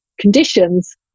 conditions